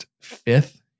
fifth